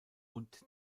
und